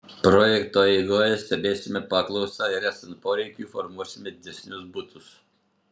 projekto eigoje stebėsime paklausą ir esant poreikiui formuosime didesnius butus